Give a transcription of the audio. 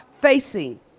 facing